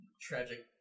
tragic